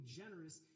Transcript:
generous